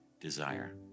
desire